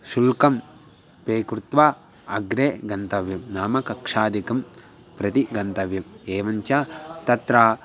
शुल्कं पे कृत्वा अग्रे गन्तव्यं नाम कक्षादिकं प्रति गन्तव्यम् एवं च तत्र